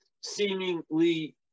seemingly